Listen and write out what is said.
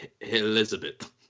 Elizabeth